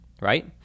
right